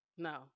No